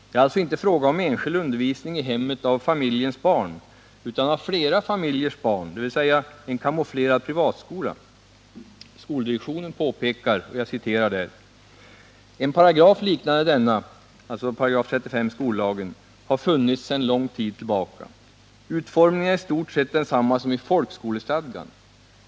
Det är alltså inte fråga om enskild undervisning i hemmet av familjens barn, utan av flera familjers barn, dvs. en kamouflerad privatskola. Skoldirektionen påpekar: En paragraf liknande denna — alltså 35 § skollagen — har funnits sedan lång tid tillbaka. Utformningen är i stort sett densamma som i folkskolestadgan.